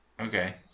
okay